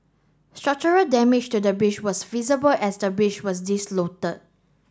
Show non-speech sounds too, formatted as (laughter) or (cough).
structural damage to the bridge was visible as the bridge was (unintelligible)